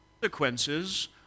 consequences